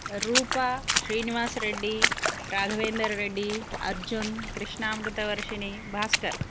रूपा श्रीनिवासरेड्डिः राघवेन्दररेड्डिः अर्जुनः कृष्णामृतवर्षिणी भास्करः